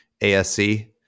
asc